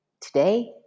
today